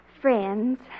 friends